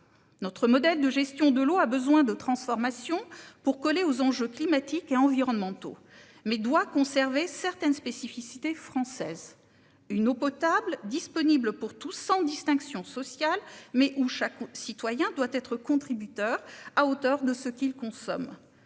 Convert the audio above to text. Notre modèle de gestion de l'eau a besoin de transformation pour coller aux enjeux climatiques et environnementaux mais doit conserver certaines spécificités françaises. Une eau potable disponible pour tous sans distinction sociale mais où chaque citoyen doit être contributeur à hauteur de ce qu'il consomme.